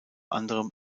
anderem